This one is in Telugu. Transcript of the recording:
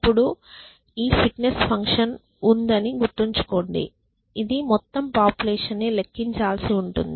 ఇప్పుడు ఈ ఫిట్నెస్ ఫంక్షన్ ఉందని గుర్తుంచుకోండి ఇది మొత్తం పాపులేషన్ కి లెక్కించాల్సి ఉంటుంది